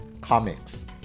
comics